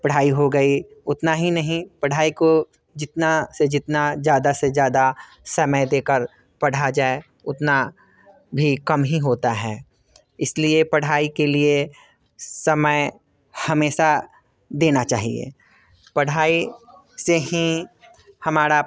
पढ़ाई हो गई उतना ही पढ़ाई को जितना से जितना ज़्यादा से ज़्यादा समय दे कर पढ़ा जाए उतना भी कम ही होता है इस लिए पढ़ाई के लिए समय हमेशा देना चाहिए पढ़ाई से ही हमारा